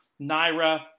Naira